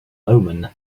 omen